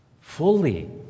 fully